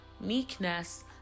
meekness